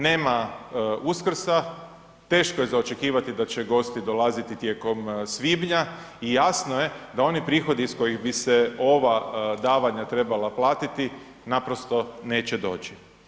Nema Uskrsa, teško je za očekivati da će gosti dolaziti tijekom svibnja i jasno je da oni prihodi iz kojih bi se ova davanja trebala platiti naprosto neće doći.